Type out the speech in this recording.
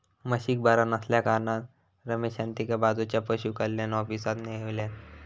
म्हशीक बरा नसल्याकारणान रमेशान तिका बाजूच्या पशुकल्याण ऑफिसात न्हेल्यान